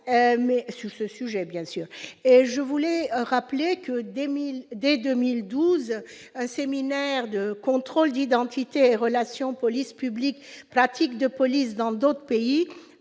sur ce sujet, bien sûr, je voulais rappeler que 2000 dès 2012 à séminaire de contrôles d'identité relations police-public pratique de police dans d'autres pays